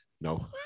No